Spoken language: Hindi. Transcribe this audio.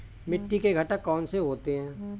मिट्टी के घटक कौन से होते हैं?